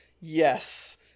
Yes